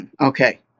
Okay